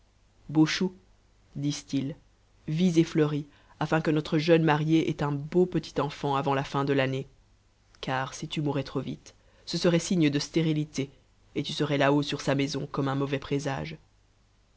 disent-ils vis et fleuris afin que notre jeune mariée ait un beau petit enfant avant la fin de l'année car si tu mourais trop vite ce serait signe de stérilité et tu serais là-haut sur sa maison comme un mauvais présage